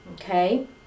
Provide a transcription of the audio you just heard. Okay